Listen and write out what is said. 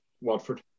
Watford